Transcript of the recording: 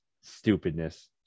stupidness